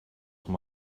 com